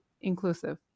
inclusive